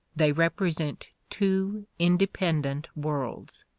they represent two independent worlds.